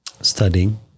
studying